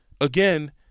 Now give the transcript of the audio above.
again